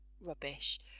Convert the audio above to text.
rubbish